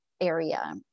area